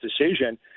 decision